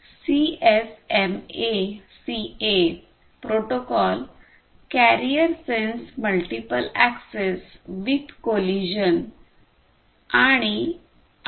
CSMA CA protocol carrier sense multiple access with collision आणि 802